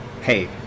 Hey